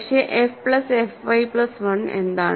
പക്ഷേ F plus f y plus 1 എന്താണ്